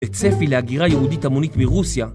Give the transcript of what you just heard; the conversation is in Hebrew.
וצפי להגירה יהודית המונית מרוסיה..